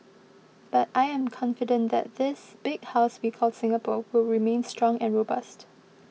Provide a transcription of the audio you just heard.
but I am confident that this big house we call Singapore will remain strong and robust